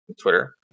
Twitter